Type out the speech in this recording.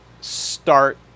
start